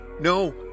No